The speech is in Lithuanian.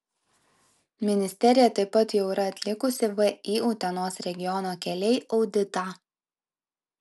ministerija taip pat jau yra atlikusi vį utenos regiono keliai auditą